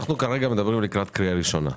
אנחנו בהכנת הצעת החוק לקראת הקריאה הראשונה.